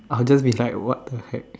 I'll just be like what-the-heck